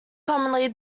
commonly